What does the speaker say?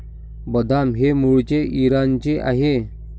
बदाम हे मूळचे इराणचे आहे